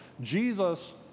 Jesus